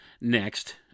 Next